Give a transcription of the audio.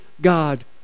God